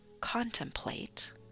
contemplate